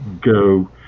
go